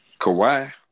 Kawhi